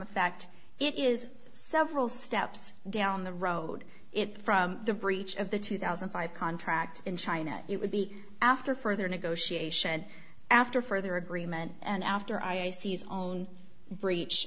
effect it is several steps down the road it from the breach of the two thousand and five contract in china it would be after further negotiation after further agreement and after i see is own breach